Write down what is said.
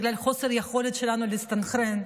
בגלל חוסר היכולת שלנו להסתנכרן.